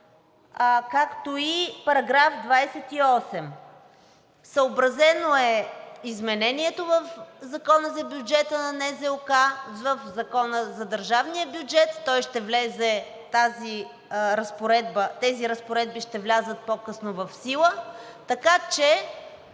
както и параграф 28. Съобразено е изменението в Закона за бюджета на НЗОК, в Закона за държавния бюджет – тези разпоредби ще влязат по-късно в сила, така че